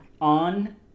on